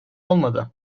olmadı